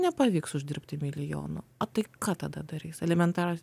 nepavyks uždirbti milijono a tai ką tada darys elementarus